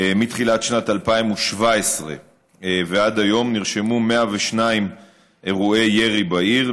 מתחילת שנת 2017 ועד היום נרשמו 102 אירועי ירי בעיר,